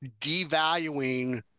devaluing